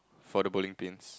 for the bowling pins